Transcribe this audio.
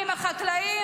מה זאת ההסתה הזאת?